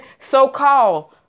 so-called